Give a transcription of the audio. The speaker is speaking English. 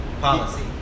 Policy